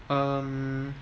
um